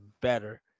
better